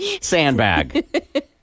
sandbag